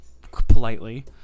politely